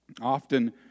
Often